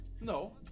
No